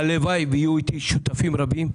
הלוואי ויהיו איתי שותפים רבים.